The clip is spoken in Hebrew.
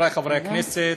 חבריי חברי הכנסת,